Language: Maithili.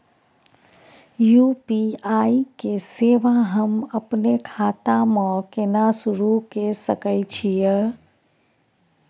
यु.पी.आई के सेवा हम अपने खाता म केना सुरू के सके छियै?